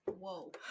Whoa